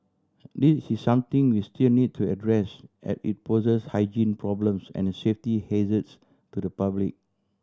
this is something we still need to address as it poses hygiene problems and safety hazards to the public